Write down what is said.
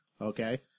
Okay